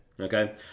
Okay